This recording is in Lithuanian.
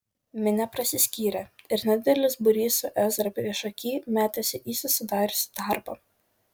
minia prasiskyrė ir nedidelis būrys su ezra priešaky metėsi į susidariusį tarpą